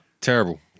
terrible